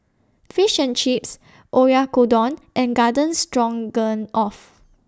Fish and Chips Oyakodon and Garden Stroganoff